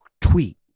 tweet